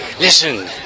listen